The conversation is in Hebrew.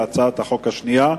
להצעת החוק השנייה,